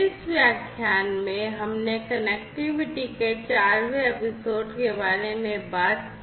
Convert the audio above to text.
इस व्याख्यान में हमने कनेक्टिविटी के 4 वें एपिसोड के बारे में बात की